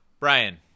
Brian